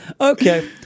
Okay